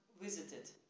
visited